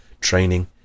training